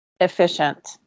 efficient